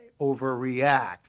overreact